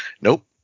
Nope